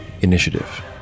initiative